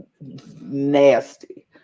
Nasty